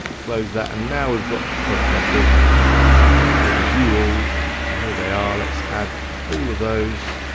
close that, and now we've got product categories and let's go to view all and here they are. let's add all of those.